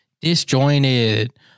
Disjointed